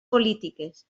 polítiques